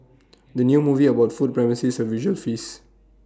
the new movie about food promises A visual feast